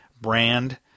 brand